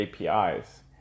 APIs